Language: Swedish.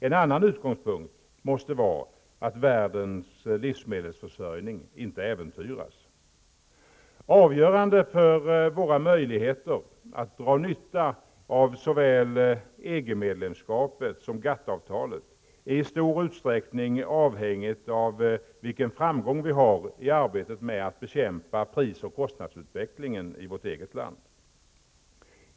En annan utgångspunkt måste vara att världens livsmedelsförsörjning inte äventyras. Våra möjligheter att dra nytta av såväl EG medlemskapet som GATT-avtalet är i stor utsträckning avhängiga av vilken framgång vi har i arbetet med att bekämpa pris och kostnadsutvecklingen i vårt eget land.